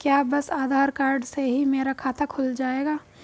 क्या बस आधार कार्ड से ही मेरा खाता खुल जाएगा?